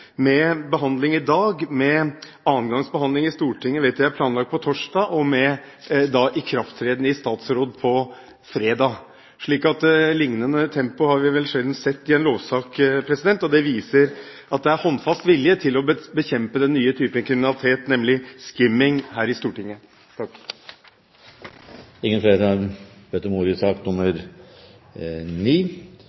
med behandling i dag, med annen gangs behandling i Stortinget, som jeg vet er planlagt på torsdag, og med ikrafttreden i statsråd på fredag. Et lignende tempo har vi vel sjelden sett i en lovsak, og det viser at det er håndfast vilje her i Stortinget til å bekjempe den nye typen kriminalitet, nemlig skimming. Flere har ikke bedt om ordet til sak nr. 9. Regjeringen har fremmet endringer i